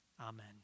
Amen